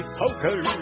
poker